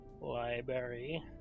Library